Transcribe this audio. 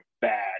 bad